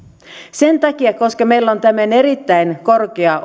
sen takia koska meillä on tämmöinen erittäin korkea